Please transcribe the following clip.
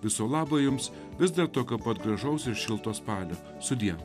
viso labo jums vis dar tokio pat gražaus šilto spalio sudie